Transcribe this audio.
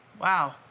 Wow